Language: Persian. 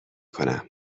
کنم